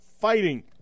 Fighting